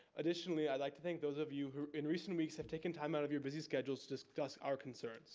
additionally, i'd like to thank those of you who in recent weeks have taken time out of your busy schedules to discuss our concerns